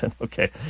Okay